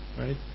right